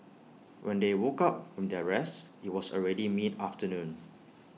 when they woke up from their rest IT was already mid afternoon